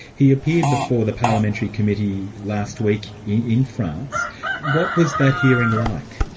he appeared before the parliamentary committee last week in france what was that hearing like?